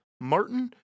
Martin